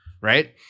right